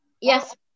Yes